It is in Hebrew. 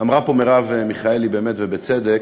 אמרה פה מרב מיכאלי באמת, ובצדק,